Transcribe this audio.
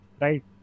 right